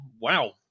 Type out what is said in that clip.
wow